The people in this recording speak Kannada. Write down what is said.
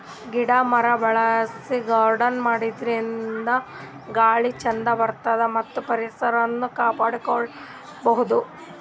ಗಿಡ ಮರ ಬೆಳಸಿ ಗಾರ್ಡನ್ ಮಾಡದ್ರಿನ್ದ ಗಾಳಿ ಚಂದ್ ಬರ್ತದ್ ಮತ್ತ್ ಪರಿಸರನು ಕಾಪಾಡ್ಕೊಬಹುದ್